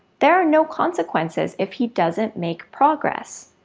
there are no consequences if he doesn't make progress.